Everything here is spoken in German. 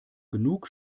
genug